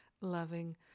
loving